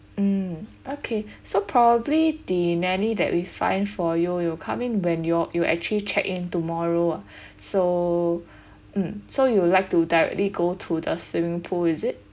um okay so probably the nanny that we find for you you will come in when you're you actually check in tomorrow ah so mm so you would like to directly go to the swimming pool is it